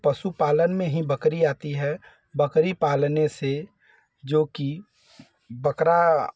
पशु पालन में ही बकरी आती है बकरी पालने से जो कि बकरा